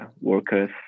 workers